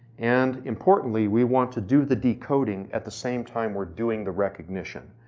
and importantly, we want to do the decoding at the same time we're doing the recognition,